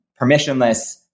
permissionless